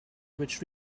which